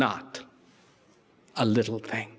not a little thing